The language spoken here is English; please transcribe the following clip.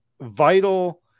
vital –